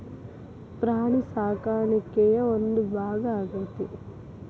ಪ್ರಾಣಿ ಸಾಕಾಣಿಕೆಯ ಒಂದು ಭಾಗಾ ಆಗೆತಿ